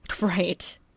Right